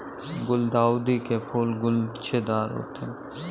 गुलदाउदी के फूल गुच्छेदार होते हैं